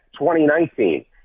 2019